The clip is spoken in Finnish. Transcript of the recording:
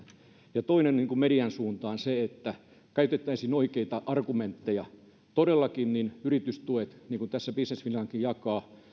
sitä toinen viesti median suuntaan on se että käytettäisiin oikeita argumentteja todellakaan yritystuet mitä tässä business finlandkin jakaa